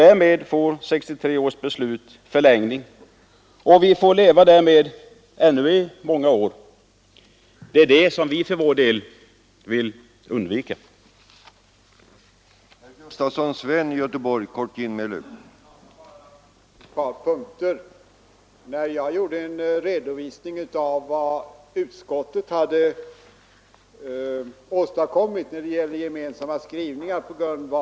Därmed förlängs 1963 års beslut och vi får leva med det ännu många år. Det vill vi för vår del undvika.